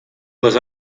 les